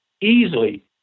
easily